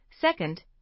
Second